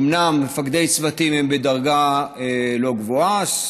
אומנם מפקדי צוותים הם בדרגה לא גבוהה,